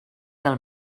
del